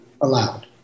allowed